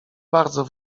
bardzo